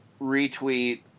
retweet